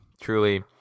truly